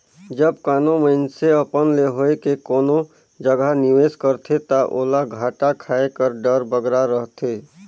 जब कानो मइनसे अपन ले होए के कोनो जगहा निवेस करथे ता ओला घाटा खाए कर डर बगरा रहथे